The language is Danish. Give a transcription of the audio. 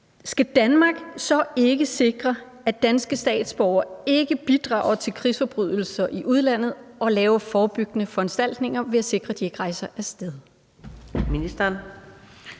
skal Danmark så ikke sikre, at danske statsborgere ikke bidrager til krigsforbrydelser i udlandet, og lave forebyggende foranstaltninger ved at sikre, at de ikke rejser af sted?